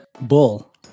Bull